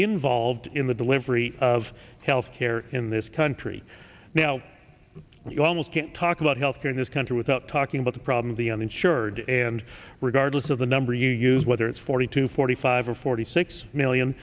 involved in the delivery of health care in this country now you almost can't talk about health care in this country without talking about the problem of the uninsured and regardless of the number you use whether it's forty two forty five or forty six million